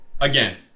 again